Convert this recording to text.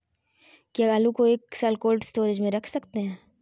क्या आलू को एक साल कोल्ड स्टोरेज में रख सकते हैं?